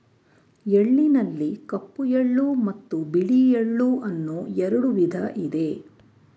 ಎಳ್ಳಿನಲ್ಲಿ ಕಪ್ಪು ಎಳ್ಳು ಮತ್ತು ಬಿಳಿ ಎಳ್ಳು ಅನ್ನೂ ಎರಡು ವಿಧ ಇದೆ